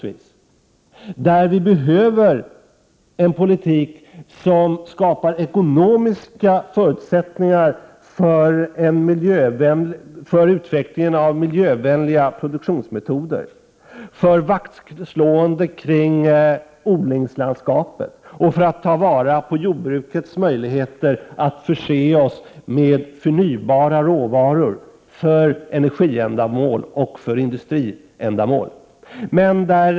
Vi behöver en politik som skapar ekonomiska förutsättningar för utveckling av miljövänliga produktionsmetoder, för vaktslående kring odlingslandskapet och för att ta vara på jordbrukets möjligheter att förse oss med förnybara råvaror för energiändamål och industriändamål.